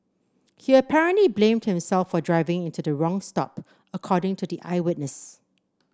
he apparently blamed himself for driving into the wrong stop according to the eyewitness